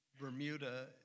Bermuda